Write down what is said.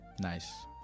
Nice